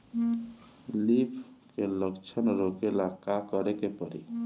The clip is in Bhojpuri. लीफ क्ल लक्षण रोकेला का करे के परी?